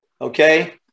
Okay